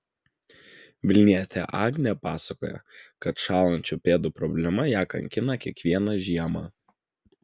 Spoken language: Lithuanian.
vilnietė agnė pasakoja kad šąlančių pėdų problema ją kankina kiekvieną žiemą